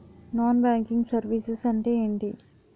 Non banking services అంటే ఎంటి?